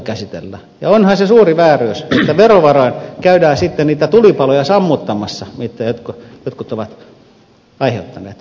ja onhan se suuri vääryys että verovaroin käydään sitten niitä tulipaloja sammuttamassa mitä jotkut ovat aiheuttaneet